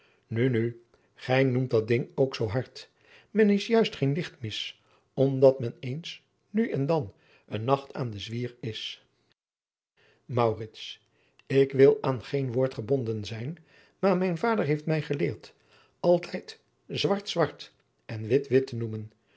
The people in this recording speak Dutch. nu nu gij noemt dat ding ook zoo hard men is juist geen lichtmis omdat men eens nu en dan een nacht aan den zwier is maurits ik wil aan geen woord gebonden zijn maar mijn vader heeft mij geleerd altijd zwart zwart en wit wit te noemen